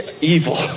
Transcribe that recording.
evil